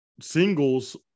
singles